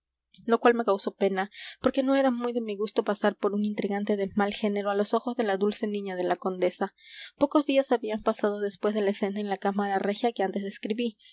lo cual me causó pena porque no era muy de mi gusto pasar por un intrigante de mal género a los ojos de la dulce niña de la condesa pocos días habían pasado después de la escena en la cámara regia que antes describí